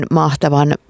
mahtavan